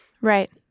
Right